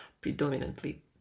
predominantly